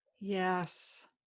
Yes